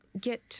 get